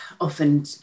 often